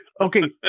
Okay